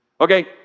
Okay